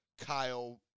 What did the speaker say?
Kyle